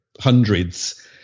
hundreds